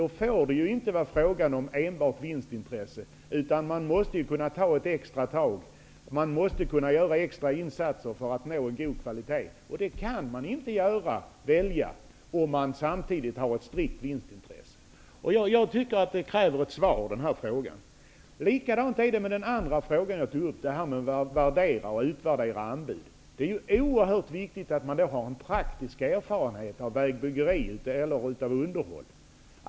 Då får det ju inte vara fråga om enbart vinstintresse -- man måste kunna göra extra insatser för att uppnå god kvalitet, och det kan man inte välja om man samtidigt har ett strikt vinstintresse. Jag tycker att den frågan kräver ett svar. Likadant är det med den andra fråga som jag tog upp och som gällde möjligheten att värdera och utvärdera anbud. Det är oerhört viktigt att man har praktisk erfarenhet av vägbyggeri och av underhåll.